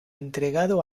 entregado